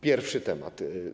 Pierwszy temat.